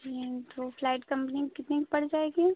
जी तो flight company कितने की पड़ जाएगी